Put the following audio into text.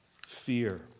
fear